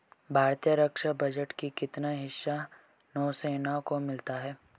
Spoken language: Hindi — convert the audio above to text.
भारतीय रक्षा बजट का कितना हिस्सा नौसेना को मिलता है?